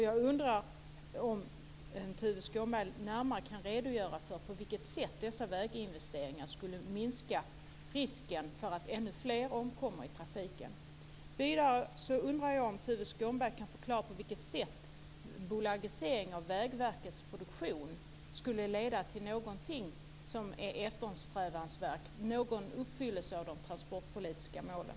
Jag undrar om Tuve Skånberg närmare kan redogöra för på vilket sätt dessa väginvesteringar skulle minska risken för att ännu fler omkom i trafiken. Vidare undrar jag om Tuve Skånberg kan förklara på vilket sätt bolagiseringen av Vägverkets produktion skulle leda till någonting som är eftersträvansvärt, någon uppfyllelse av de transportpolitiska målen.